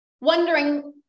wondering